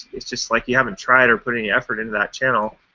it's just like, you haven't tried or put any effort into that channel.